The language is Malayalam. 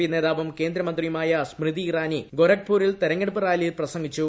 പി നേതാവും കേന്ദ്രമന്ത്രിയുമായ സ്മൃതി ഇറാനി ഗൊരഖ്പൂരിൽ തെരഞ്ഞെടുപ്പ് റാലിയിൽ പ്രസംഗിച്ചു